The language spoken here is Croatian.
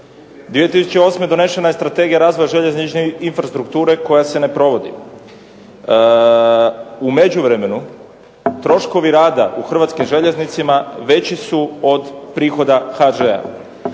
2008. donesena je Strategija razvoja željezničke infrastrukture, koja se ne provodi, u međuvremenu troškovi rada u Hrvatskim željeznicama veći su od prihoda HŽ-a.